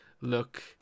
look